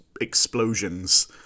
explosions